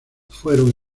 fueron